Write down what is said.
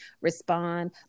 respond